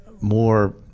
more